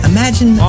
Imagine